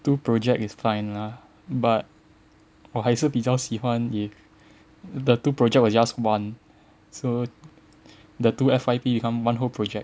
two project is fine lah but 我还是比较喜欢 if the two project was just one so the two F_Y_P become one whole project